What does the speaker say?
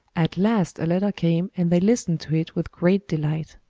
at last a letter came and they listened to it with great delight.